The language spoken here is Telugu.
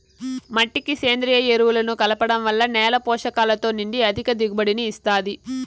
మట్టికి సేంద్రీయ ఎరువులను కలపడం వల్ల నేల పోషకాలతో నిండి అధిక దిగుబడిని ఇస్తాది